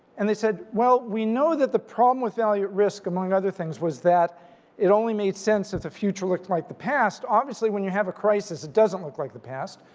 and they said well we know that the problem with value at risk among other things was that it only made sense that the future looked like the past. obviously when you have a crisis, it doesn't look like the past.